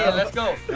let's go!